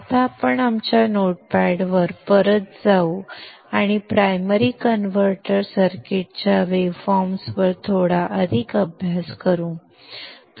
आता आपण आमच्या नोटपॅडवर परत जाऊ आणि प्रायमरी कन्व्हर्टर सर्किट्सच्या वेव्हफॉर्म्सवर थोडा अधिक अभ्यास करू